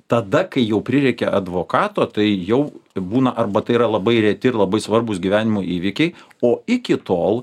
tada kai jau prireikia advokato tai jau būna arba tai yra labai reti ir labai svarbūs gyvenimo įvykiai o iki tol